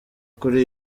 kuri